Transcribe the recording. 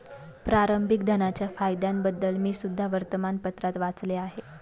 प्रारंभिक धनाच्या फायद्यांबद्दल मी सुद्धा वर्तमानपत्रात वाचले आहे